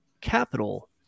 capital